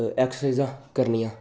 ਐਕਸਰਸਾਈਜ਼ਾ ਕਰਨੀਆਂ